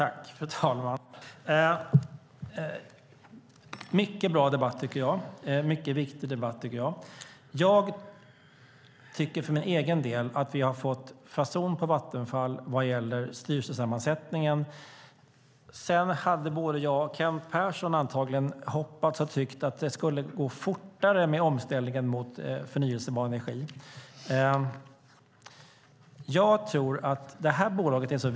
Fru talman! Det har varit en mycket bra och mycket viktig debatt. För egen del tycker jag att vi fått fason på Vattenfall vad gäller styrelsesammansättningen. Sedan hade både Kent Persson och jag hoppats att omställningen mot förnybar energi skulle gå fortare.